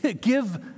give